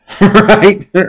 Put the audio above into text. Right